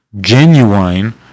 genuine